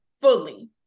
fully